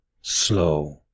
Slow